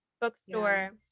bookstore